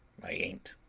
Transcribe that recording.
i ain't.